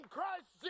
Christ